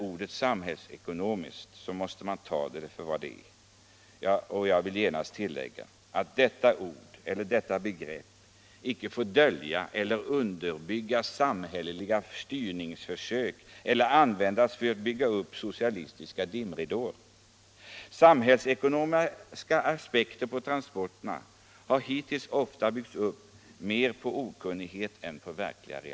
Ordet ”samhällsekonomiskt” måste man ta för vad det är. Jag vill därför genast tillägga att detta begrepp inte får dölja eller bli grunden för samhälleliga styrningsförsök eller användas för att lägga ut socialistiska dimridåer. Sam hällsekonomiska aspekter på transporterna har hittills ofta grundats mer på okunnighet än på realiteter.